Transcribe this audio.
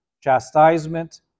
chastisement